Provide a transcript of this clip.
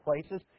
places